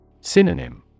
Synonym